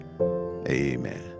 Amen